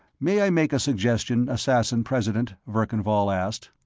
may i make a suggestion, assassin-president? verkan vall asked.